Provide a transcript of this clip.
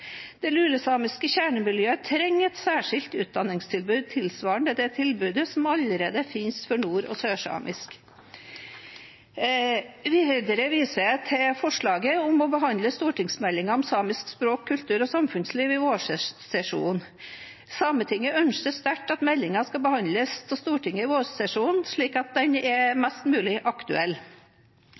særskilt utdanningstilbud tilsvarende det tilbudet som allerede finnes for nord- og sørsamisk. Jeg viser videre til forslaget om å behandle stortingsmeldingen om samisk språk, kultur og samfunnsliv i vårsesjonen. Sametinget ønsker sterkt at meldingen skal behandles av Stortinget i vårsesjonen, slik at den er mest mulig aktuell.